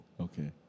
Okay